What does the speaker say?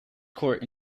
court